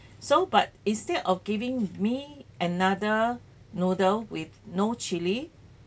so but instead of giving me another noodle with no chili